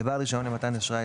לבעל רישיון למתן אשראי,